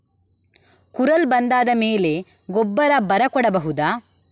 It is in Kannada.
ಕುರಲ್ ಬಂದಾದ ಮೇಲೆ ಗೊಬ್ಬರ ಬರ ಕೊಡಬಹುದ?